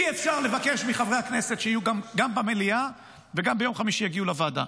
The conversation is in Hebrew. אי-אפשר לבקש מחברי הכנסת שיהיו גם במליאה וגם ביום חמישי יגיעו לוועדה.